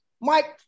Mike